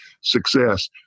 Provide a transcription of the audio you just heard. success